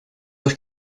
doch